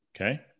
Okay